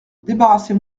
débarrassez